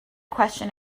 question